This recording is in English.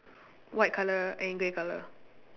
white colour and grey colour